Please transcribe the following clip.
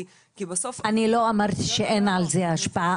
כי בסוף --- אני לא אמרתי שאין לזה השפעה,